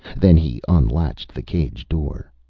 then he unlatched the cage-door.